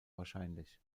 wahrscheinlich